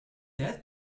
that